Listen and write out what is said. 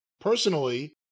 Personally